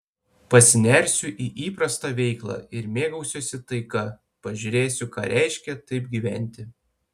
pasinersiu į įprastą veiklą ir mėgausiuosi taika pažiūrėsiu ką reiškia taip gyventi